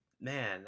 Man